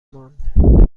ماند